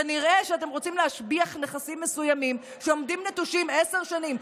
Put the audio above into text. כנראה אתם רוצים להשביח נכסים מסוימים שעומדים נטושים 10 שנים,